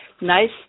Nice